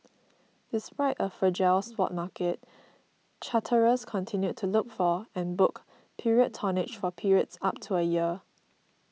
despite a fragile spot market charterers continued to look for and book period tonnage for periods up to a year